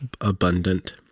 Abundant